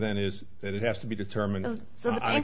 then is that it has to be determined of so